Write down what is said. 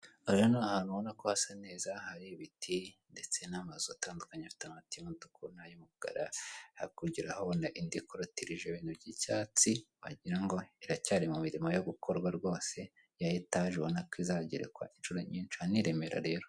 Aha ni ahantu ubona ko hasa neza, hari ibiti ndetse n'amazu atandukanye afite amabati y'umutuku n'ay'umukara, hakurya urahabona indi ikotirije ibintu by'icyatsi wagira ngo iracyari mu mirimo yo gukorwa rwose ya etaje ubona ko izagerekwa inshuro nyinshi aha ni i Remera rero.